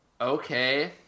Okay